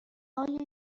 آیا